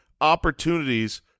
opportunities